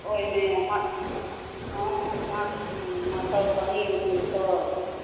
ओइमे मऽ मऽ मऽ मटर पनीर मिलतै